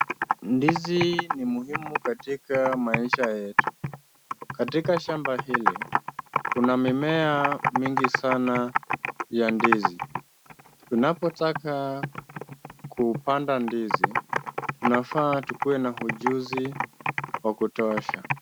Ndizi ni muhimu katika maisha yetu. Katika shamba hili, kuna mimea mingi sana ya ndizi. Tunapotaka kupanda ndizi, tunafaa tukuwe na ujuzi wa kutosha.